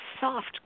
soft